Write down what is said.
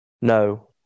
No